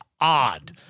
odd